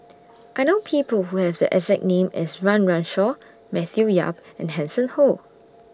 I know People Who Have The exact name as Run Run Shaw Matthew Yap and Hanson Ho